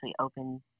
open